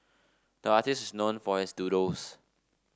the artist is known for his doodles